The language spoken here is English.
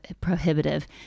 prohibitive